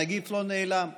הנגיף לא נעלם.